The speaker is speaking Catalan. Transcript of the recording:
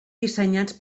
dissenyats